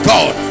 God